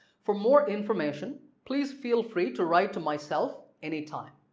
for more information please feel free to write to myself any time